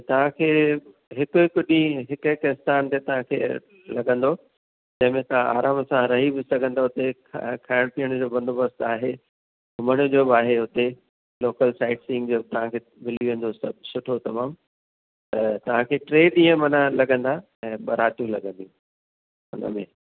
त तव्हांखे हिकु हिकु ॾींहुं हिकु हिकु स्थान ते तव्हांखे लॻंदो जंहिंमें तव्हां आराम सां रही बि सघंदव उते खा खाइण पीअण जो बंदोबस्तु आहे घुमण जो बि आहे उते लोकल साइट सीन जो तव्हांखे मिली वेंदो सुठो तमामु त तव्हांखे टे ॾींहं माना लॻंदा ऐं ॿ रातियूं लॻंदियूं हुन में